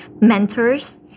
mentors